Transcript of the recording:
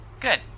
Good